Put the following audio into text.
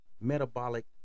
metabolic